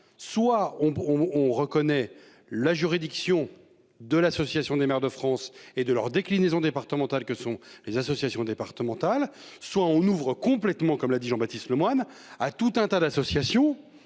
on on reconnaît la juridiction de l'Association des maires de France et de leurs déclinaisons départementales que sont les associations départementales, soit on ouvre complètement comme l'a dit Jean-Baptiste Lemoyne à tout un tas d'associations